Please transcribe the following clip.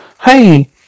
Hey